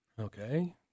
okay